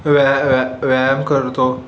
व्याया व्याय व्यायाम करतो